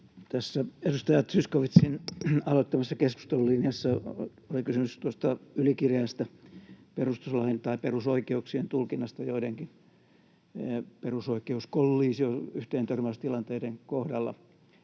Tässä edustaja Zyskowiczin aloittamassa keskustelulinjassa oli kysymys tuosta ylikireästä perustuslain tai perusoikeuksien tulkinnasta joidenkin perusoikeuskollisio- eli yhteentörmäystilanteiden kohdalla.